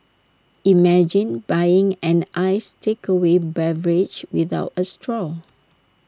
imagine buying an iced takeaway beverage without A straw